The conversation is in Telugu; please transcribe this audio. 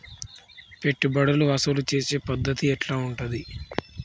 పెట్టుబడులు వసూలు చేసే పద్ధతి ఎట్లా ఉంటది?